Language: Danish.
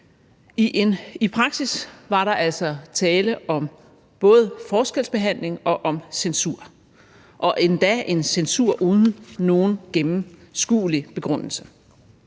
I praksis var der altså tale om både forskelsbehandling og om censur og endda en censur uden nogen gennemskuelig begrundelse.